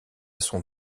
son